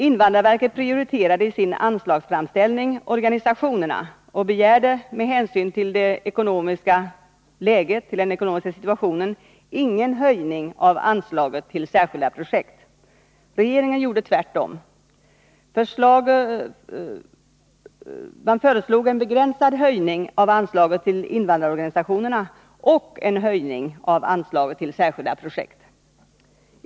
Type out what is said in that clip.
Invandrarverket prioriterade i sin anslagsframställning organisationerna och begärde med hänsyn till den ekonomiska situationen ingen höjning av anslaget till särskilda projekt. Regeringen gjorde tvärtom. Man föreslog en begränsad höjning av anslaget till invandrarorganisationerna och höjning av anslaget till särskilda projekt.